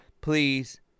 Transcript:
Please